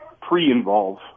pre-involve